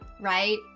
right